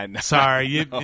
Sorry